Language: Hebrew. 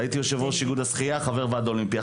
הייתי יושב-ראש איגוד השחייה וחבר ועד אולימפי.